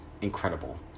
Incredible